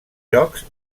jocs